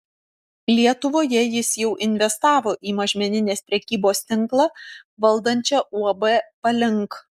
lietuvoje jis jau investavo į mažmeninės prekybos tinklą valdančią uab palink